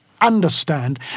understand